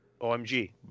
OMG